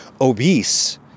Obese